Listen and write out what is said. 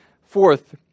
Fourth